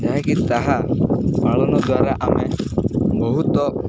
ଯାହାକି ତାହା ପାଳନ ଦ୍ୱାରା ଆମେ ବହୁତ